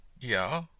Yeah